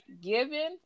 given